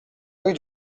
rue